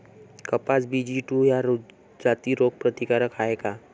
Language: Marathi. कपास बी.जी टू ह्या जाती रोग प्रतिकारक हाये का?